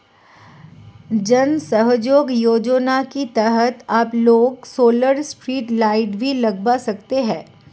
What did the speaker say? जन सहयोग योजना के तहत अब लोग सोलर स्ट्रीट लाइट भी लगवा सकते हैं